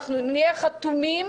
נהיה חתומים